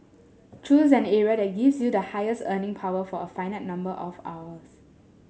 choose an area that gives you the highest earning power for a finite number of hours